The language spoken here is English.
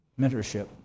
mentorship